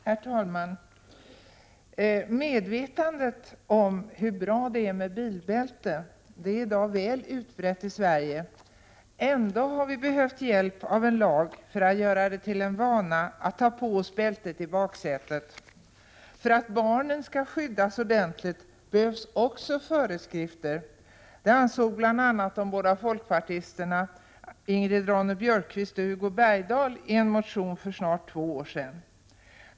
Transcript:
Herr talman! Medvetandet om hur bra det är med bilbälte är i dag väl utbrett i Sverige. Ändå har vi behövt hjälp av en lag för att göra det till en vana att ta på oss bältet i baksätet. För att barnen skall skyddas ordentligt behövs också föreskrifter. Det ansåg bl.a. de båda folkpartisterna Ingrid Ronne-Björkqvist och Hugo Bergdahl i en motion för snart två år sedan.